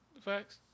Facts